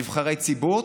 נבחרי ציבור,